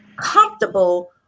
comfortable